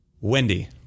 Wendy